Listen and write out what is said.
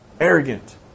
Arrogant